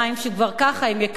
שכבר ככה הם יקרים.